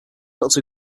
little